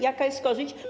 Jaka jest korzyść?